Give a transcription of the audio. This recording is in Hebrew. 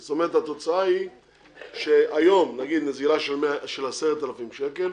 התוצאה היא שנזילה שהיום אתה משלם עליה 10,000 שקל,